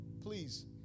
Please